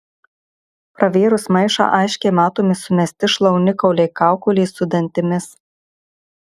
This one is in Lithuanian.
pravėrus maišą aiškiai matomi sumesti šlaunikauliai kaukolės su dantimis